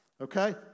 Okay